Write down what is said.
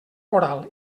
coral